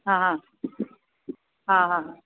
हा हा हा हा